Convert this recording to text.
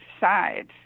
sides